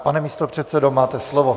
Pane místopředsedo, máte slovo.